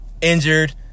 injured